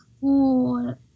four